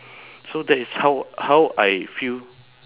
so that is how how I feel